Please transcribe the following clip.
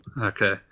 Okay